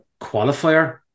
qualifier